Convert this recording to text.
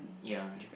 ya